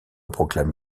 proclame